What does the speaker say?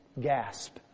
gasp